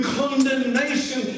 condemnation